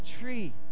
tree